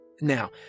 Now